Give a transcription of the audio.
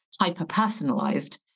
hyper-personalized